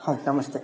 ಹಾಂ ನಮಸ್ತೆ